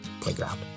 playground